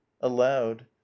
aloud